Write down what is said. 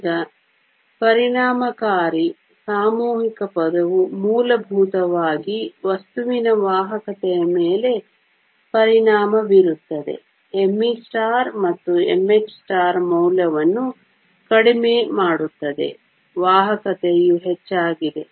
ಈಗ ಪರಿಣಾಮಕಾರಿ ಸಾಮೂಹಿಕ ಪದವು ಮೂಲಭೂತವಾಗಿ ವಸ್ತುವಿನ ವಾಹಕತೆಯ ಮೇಲೆ ಪರಿಣಾಮ ಬೀರುತ್ತದೆ me ಮತ್ತು mh ಮೌಲ್ಯವನ್ನು ಕಡಿಮೆ ಮಾಡುತ್ತದೆ ವಾಹಕತೆಯು ಹೆಚ್ಚಾಗಿದೆ